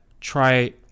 try